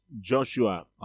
Joshua